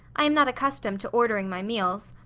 i am not accustomed to ordering my meals.